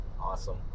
Awesome